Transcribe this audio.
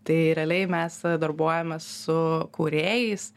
tai realiai mes e darbuojamės su kūrėjais